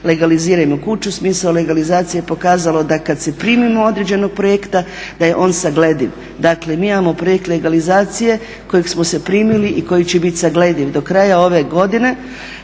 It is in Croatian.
legalizirajmo kuću, smisao legalizacije je pokazalo da kada se primimo određenog projekta da je on saglediv. Dakle mi imamo projekt legalizacije kojeg smo se primili i koji će biti saglediv. Do kraja ove godine